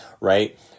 right